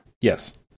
Yes